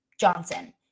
Johnson